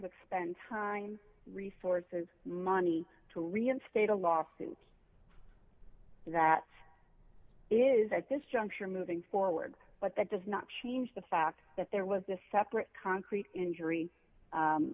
expend time resources money to reinstate a lawsuit that is at this juncture moving forward but that does not change the fact that there was this separate concrete injury